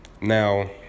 Now